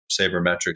Sabermetrics